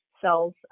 cells